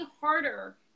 harder